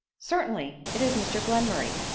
certainly it is mr glenmultay,